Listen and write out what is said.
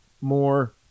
more